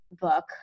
book